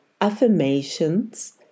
affirmations